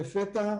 לפתע,